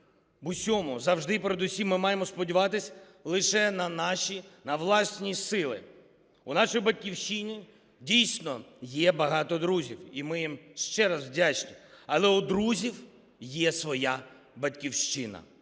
В усьому завжди й передусім ми маємо сподіватися лише на наші, на власні сили. У нашої Батьківщини дійсно є багато друзів і ми їм ще раз вдячні, але у друзів є своя Батьківщина,